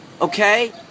okay